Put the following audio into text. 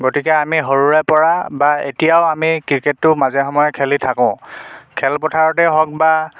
গতিকে আমি সৰুৰে পৰা বা এতিয়াও আমি ক্ৰিকেটটো মাজে সময়ে খেলি থাকো খেলপথাৰতে হওক বা